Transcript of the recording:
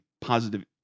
positive